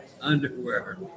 underwear